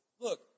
look